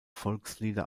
volkslieder